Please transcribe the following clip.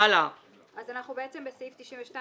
אנחנו בעצם בעמוד 47,